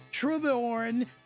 Truborn